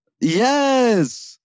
Yes